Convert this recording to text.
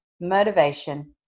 motivation